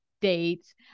dates